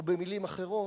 או במלים אחרות,